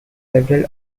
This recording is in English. several